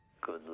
Good